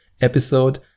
episode